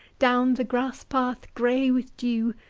down the grass-path gray with dew.